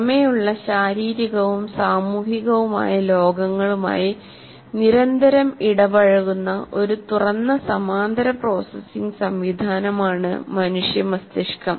പുറമേയുള്ള ശാരീരികവും സാമൂഹികവുമായ ലോകങ്ങളുമായി നിരന്തരം ഇടപഴകുന്ന ഒരു തുറന്ന സമാന്തര പ്രോസസ്സിംഗ് സംവിധാനമാണ് മനുഷ്യ മസ്തിഷ്കം